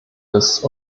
des